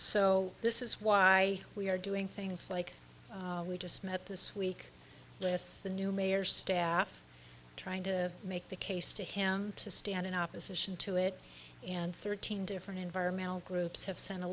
so this is why we are doing things like we just met this week with the new mayor's staff trying to make the case to him to stand in opposition to it and thirteen different environmental groups have sent a